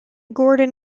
gordon